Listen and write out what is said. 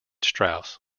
strauss